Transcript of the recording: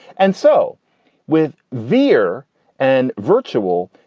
and so with vier and virtual.